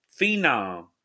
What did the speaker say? phenom